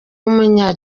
w’umunya